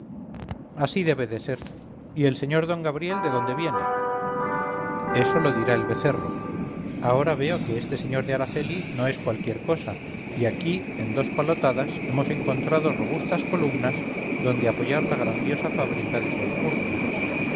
así debe de ser y el sr d gabriel de dónde viene eso lo dirá el becerro ahora veo que este señor de araceli no es cualquier cosa y aquí en dos palotadas hemos encontrado robustas columnas donde apoyar la grandiosa fábrica de su alcurnia